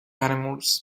animals